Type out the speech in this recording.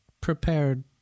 prepared